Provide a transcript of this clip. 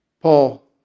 Paul